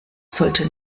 sollte